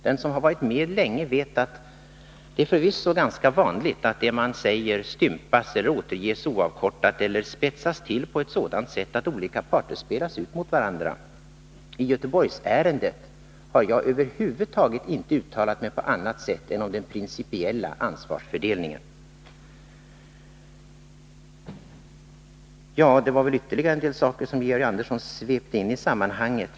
Den som varit med länge vet att det förvisso är ganska vanligt att det man säger stympas, inte återges oavkortat eller spetsas till på ett sådant sätt att olika parter spelas ut mot varandra. I Göteborgsärendet har jag över huvud taget inte uttalat mig om någonting annat än den principiella ansvarsfördelningen. Det var väl ytterligare en del saker som Georg Andersson svepte in i sammanhanget.